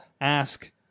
ask